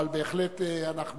אבל בהחלט אנחנו